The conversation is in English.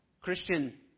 Christian